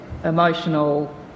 emotional